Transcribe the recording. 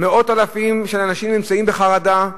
מאות אלפים של אנשים נמצאים בחרדה,